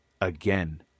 again